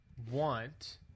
want